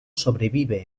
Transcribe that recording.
sobrevive